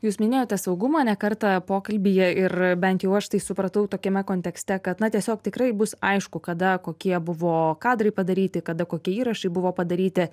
jūs minėjote saugumą ne kartą pokalbyje ir bent jau aš tai supratau tokiame kontekste kad na tiesiog tikrai bus aišku kada kokie buvo kadrai padaryti kada kokie įrašai buvo padaryti